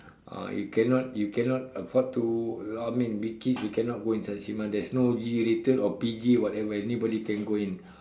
ah you cannot you cannot afford to I mean we kids we cannot go inside the cinema there's no G rated or P_G whatever anybody can go in